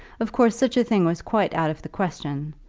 of course such a thing was quite out of the question.